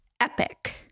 Epic